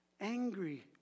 angry